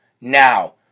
now